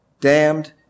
damned